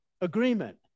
Agreement